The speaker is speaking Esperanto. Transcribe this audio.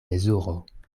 mezuro